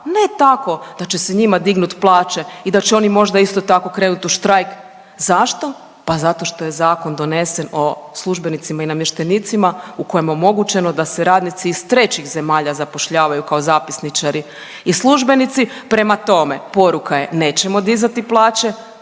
Ne tako da će se njima dignut plaće i da će oni možda isto tako krenut u štrajk. Zašto? Pa zato što je Zakon donesen o službenicima i namještenicima u kojemu je omogućeno da se radnici iz trećih zemalja zapošljavaju kao zapisničari i službenici. Prema tome, poruka je nećemo dizati plaće,